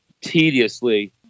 tediously